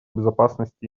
безопасности